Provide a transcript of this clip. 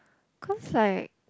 cause like